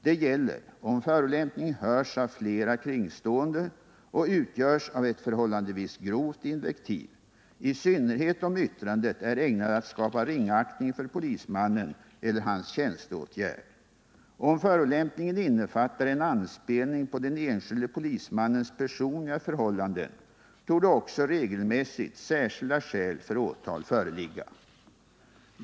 Det gäller om förolämpningen hörs av flera kringstående och utgörs av ett förhållandevis grovt invektiv, i synnerhet om yttrandet är ägnat att skapa ringaktning för polismannen eller hans tjänsteåtgärd. Om förolämpningen innefattar en anspelning på den enskilda polismannens personliga förhållanden torde också regelmässigt särskilda skäl för åtal föreligga.